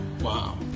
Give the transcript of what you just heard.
wow